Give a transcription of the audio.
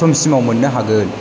समसिमाव मोन्नो हागोन